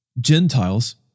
Gentiles